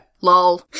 Lol